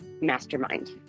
mastermind